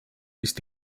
ist